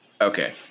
Okay